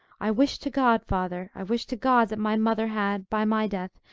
i wish to god, father, i wish to god, that my mother had, by my death,